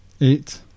Eight